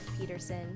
Peterson